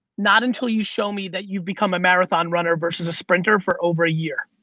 not until you show me that you've become a marathon runner versus a sprinter for over a year.